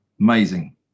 Amazing